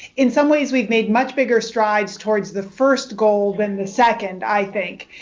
in some ways we've made much bigger strides towards the first goal than the second, i think.